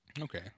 Okay